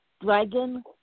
Dragon